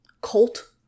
Colt